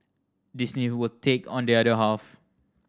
Disney will take on the other half